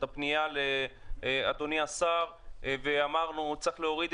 את הפנייה לאדוני השר ואמרנו שצריך להוריד